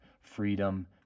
freedom